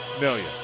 million